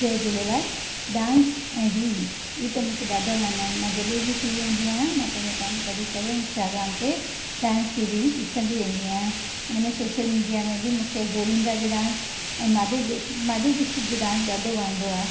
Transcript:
जय Jhulelal dance ऐं reels हीअ त मूंखे ॾाढा वणंदा आहिनि मां जॾहिं बि फ्री हूंदी आहियां मां पंहिंजो टाइम कढी करे इंस्टाग्राम ते डांस रील ॾिसंदी वेंदी आहियां इनमें सोशल मीडिया में बि मूंखे गोविंदा जो डांस ऐं मधुरी दि माधुरी दीक्षित जो डांस ॾाढो वणंदो आहे